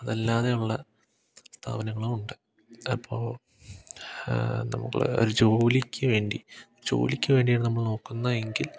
അതല്ലാതെ ഉള്ള സ്ഥാപനങ്ങളും ഉണ്ട് അപ്പോൾ നമ്മള് ഒരു ജോലിക്ക് വേണ്ടി ജോലിക്ക് വേണ്ടിയാണ് നമ്മൾ നോക്കുന്നത് എങ്കിൽ